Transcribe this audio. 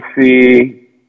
see